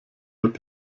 wird